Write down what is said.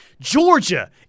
Georgia